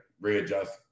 readjust